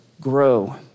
grow